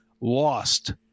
lost